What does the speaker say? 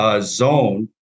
Zone